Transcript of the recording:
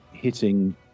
Hitting